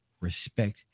respect